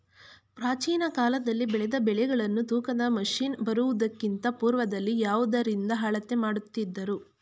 ಪ್ರಾಚೀನ ಕಾಲದಲ್ಲಿ ಬೆಳೆದ ಬೆಳೆಗಳನ್ನು ತೂಕದ ಮಷಿನ್ ಬರುವುದಕ್ಕಿಂತ ಪೂರ್ವದಲ್ಲಿ ಯಾವುದರಿಂದ ಅಳತೆ ಮಾಡುತ್ತಿದ್ದರು?